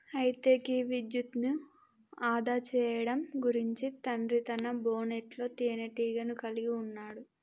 అయితే గీ విద్యుత్ను ఆదా సేయడం గురించి తండ్రి తన బోనెట్లో తీనేటీగను కలిగి ఉన్నాడు